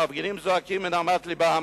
המפגינים זועקים מנהמת לבם.